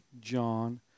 John